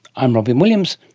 i'm robyn williams.